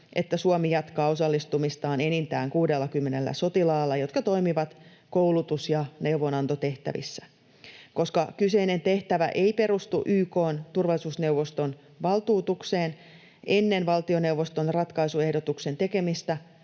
että Suomi jatkaa osallistumistaan enintään 60 sotilaalla, jotka toimivat koulutus- ja neuvonantotehtävissä. Koska kyseinen tehtävä ei perustu YK:n turvallisuusneuvoston valtuutukseen, ennen valtioneuvoston ratkaisuehdotuksen tekemistä